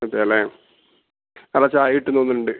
അതേല്ലെ നല്ല ചായ കിട്ടുംന്ന് തോന്ന്ന്നുണ്ട്